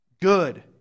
good